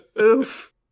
Oof